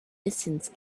distance